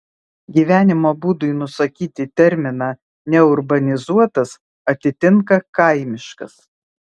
gyvenimo būdui nusakyti terminą neurbanizuotas atitinka kaimiškas